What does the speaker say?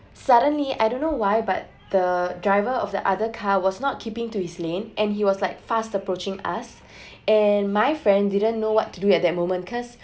suddenly I don't know why but the driver of the other car was not keeping to his lane and he was like fast approaching us and my friend didn't know what to do at that moment cause